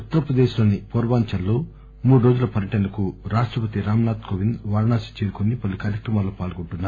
ఉత్తర్ ప్రదేశ్ లోని పూర్వాంచల్ లో మూడు రోజుల పర్యటనకు రాష్టపతి రామ్ నాథ్ కోవింద్ వారణాసి చేరుకుని పలు కార్యక్రమాల్లో పాల్గొంటున్నారు